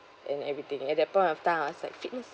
and everything at that point of time I was like fitness